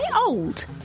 old